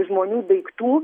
žmonių daiktų